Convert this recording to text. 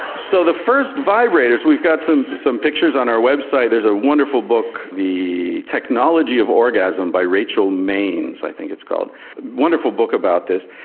so the first vibrators, we've got some some pictures on our website, there's a wonderful book the technology of orgasm by rachel maines, i think it's called, a wonderful book about this.